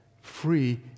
free